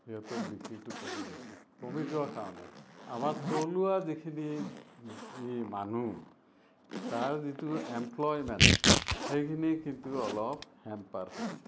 সিহঁতৰ বিক্ৰীটো কমি গৈছে কমি যোৱাৰ কাৰণে আমাৰ থলুৱা যিখিনি এই মানুহ তাৰ যিটো এম্প্লইমেণ্ট সেইখিনি কিন্তু অলপ হেম্পাৰ হৈছে